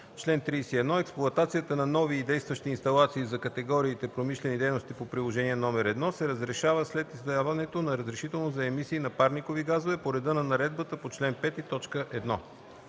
„Чл. 31. Експлоатацията на нови и действащи инсталации за категориите промишлени дейности по Приложение № 1 се разрешава след издаването на разрешително за емисии на парникови газове по реда на наредбата по чл. 5,